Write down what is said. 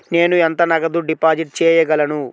నేను ఎంత నగదు డిపాజిట్ చేయగలను?